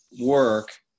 work